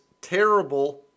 terrible